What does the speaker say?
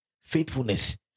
faithfulness